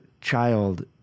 child